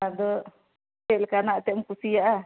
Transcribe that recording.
ᱟᱫᱚ ᱪᱮᱫ ᱞᱮᱠᱟᱱᱟᱜ ᱮᱱᱛᱮᱫ ᱮᱢ ᱠᱩᱥᱤᱭᱟᱜᱼᱟ